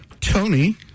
Tony